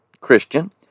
Christian